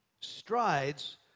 strides